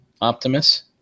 Optimus